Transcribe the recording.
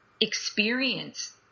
experience